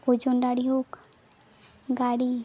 ᱳᱡᱚᱱ ᱰᱟᱹᱲᱤ ᱦᱳᱠ ᱜᱟᱹᱲᱤ